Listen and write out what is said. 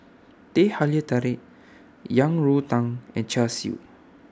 Teh Halia Tarik Yang Rou Tang and Char Siu